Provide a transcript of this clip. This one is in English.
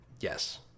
Yes